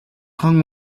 хан